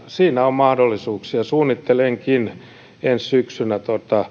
siinä on mahdollisuuksia suunnittelenkin ensi syksynä